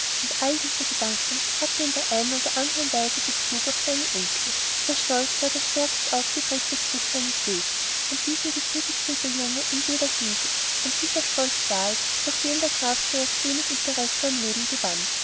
all diese gedanken hatten in der einen oder andern weise bezug auf seinen enkel der stolz war der stärkst ausgeprägte zug seines wesens und diesen befriedigte der junge in jeder hinsicht und dieser stolz war es durch den der graf zuerst wieder interesse am leben gewann